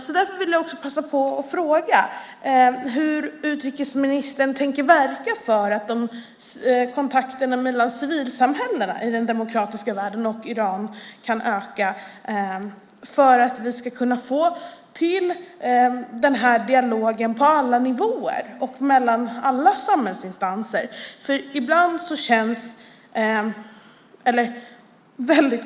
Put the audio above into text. Hur tänker utrikesministern verka för att kontakterna mellan civilsamhällena i den demokratiska världen och Iran kan öka för att vi ska få till denna dialog på alla nivåer och mellan alla samhällsinstanser?